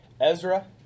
Ezra